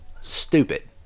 Stupid